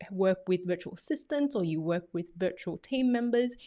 work with virtual assistants or you work with virtual team members,